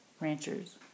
ranchers